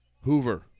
Hoover